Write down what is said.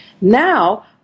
Now